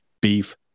Beef